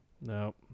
No